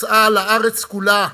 יצא לארץ כולה,